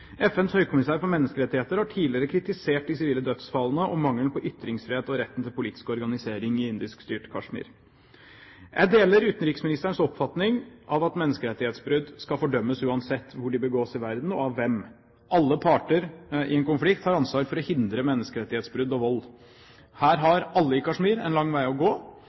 FNs høykommissær for menneskerettigheter har tidligere kritisert de sivile dødsfallene og mangelen på ytringsfrihet og retten til politisk organisering i indiskstyrte Kashmir. Jeg deler utenriksministerens oppfatning av at menneskerettighetsbrudd skal fordømmes uansett hvor de begås i verden, og av hvem. Alle parter i en konflikt har ansvar for å hindre menneskerettighetsbrudd og vold. Her har alle i Kashmir en lang vei å gå.